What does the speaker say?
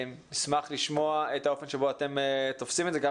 נשמח לשמוע את האופן שבו אתם תופסים את זה גם